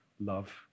Love